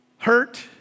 Hurt